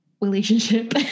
relationship